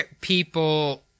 people